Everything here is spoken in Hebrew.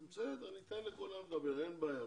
בסדר, ניתן לכולם לדבר, אין בעיה.